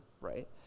right